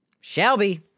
Shelby